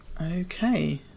Okay